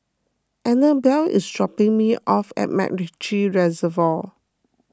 Anabel is dropping me off at MacRitchie Reservoir